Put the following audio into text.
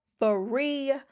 free